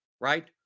right